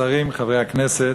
השרים, חברי הכנסת,